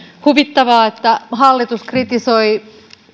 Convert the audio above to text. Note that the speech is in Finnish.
huvittavaa että hallitus kritisoi